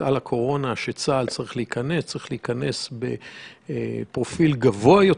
של הקורונה שצה"ל צריך להיכנס בפרופיל גדול,